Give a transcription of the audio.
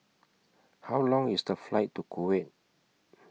How Long IS The Flight to Kuwait